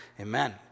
amen